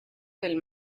del